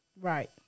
Right